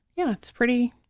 yeah, it's pretty,